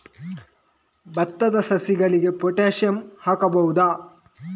ಭತ್ತದ ಸಸಿಗಳಿಗೆ ಪೊಟ್ಯಾಸಿಯಂ ಹಾಕಬಹುದಾ?